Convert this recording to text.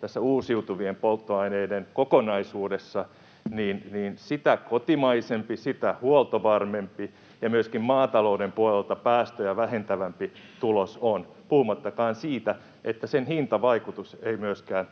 tässä uusiutuvien polttoaineiden kokonaisuudessa, niin sitä kotimaisempi, sitä huoltovarmempi ja myöskin maatalouden puolelta päästöjä vähentävämpi tulos on, puhumattakaan siitä, että sen hintavaikutus ei myöskään